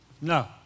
No